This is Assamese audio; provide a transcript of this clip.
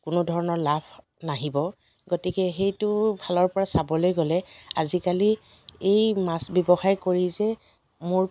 কোনোধৰণৰ লাভ নাহিব গতিকে সেইটো ফালৰ পৰা চাবলৈ গ'লে আজিকালি এই মাছ ব্যৱসায় কৰি যে মোৰ